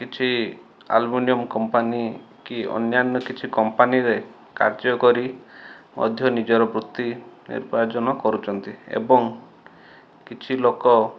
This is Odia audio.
କିଛି ଆଲମୁନିୟମ କମ୍ପାନୀ କି ଅନ୍ୟାନ୍ୟ କିଛି କମ୍ପାନୀରେ କାର୍ଯ୍ୟ କରି ମଧ୍ୟ ନିଜର ବୃତ୍ତି ନିବାର୍ଜନ କରୁଛନ୍ତି ଏବଂ କିଛି ଲୋକ